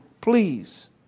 please